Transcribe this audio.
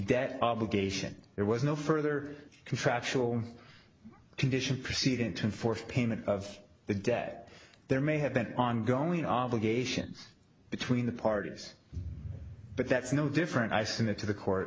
debt obligation there was no further contractual condition proceeding to force payment of the debt there may have been ongoing obligations between the parties but that's no different i send it to the court